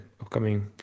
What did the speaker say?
upcoming